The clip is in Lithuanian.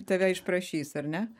tave išprašys ar ne